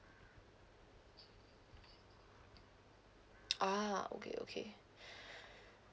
ah okay okay